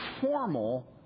formal